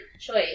choice